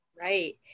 Right